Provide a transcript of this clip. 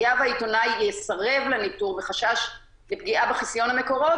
היה והעיתונאי יסרב לניטור מחשש לפגיעה בחסיון המקורות,